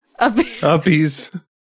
Uppies